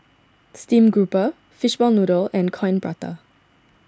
Steamed Grouper Fishball Noodle and Coin Prata